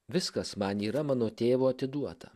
viskas man yra mano tėvo atiduota